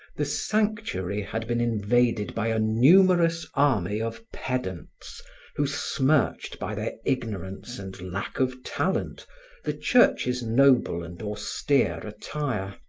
the sanctuary had been invaded by a numerous army of pedants who smirched by their ignorance and lack of talent the church's noble and austere attire.